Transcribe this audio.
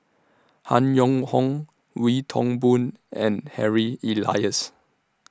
Han Yong Hong Wee Toon Boon and Harry Elias